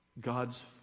God's